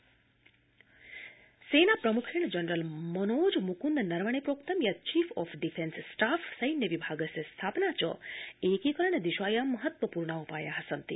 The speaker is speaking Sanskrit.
सेना प्रमुख सेना प्रमुखेण जनरल मनोज मुकंद नरवणे प्रोक्तं यत् चीफ ऑफ डिफेंस स्टॉफ सैन्य विभागस्य स्थापना च एकीकरण दिशायां महत्वपूर्णा उपाया सन्ति